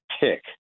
pick